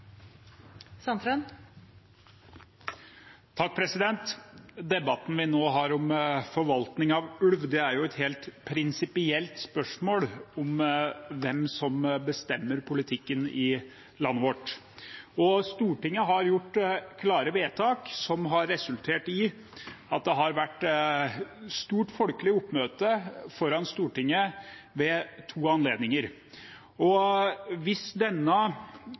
er det. Debatten vi nå har om forvaltning av ulv, gjelder et helt prinsipielt spørsmål om hvem som bestemmer politikken i landet vårt. Stortinget har gjort klare vedtak som har resultert i at det har vært stort folkelig oppmøte foran Stortinget ved to anledninger. Hvis denne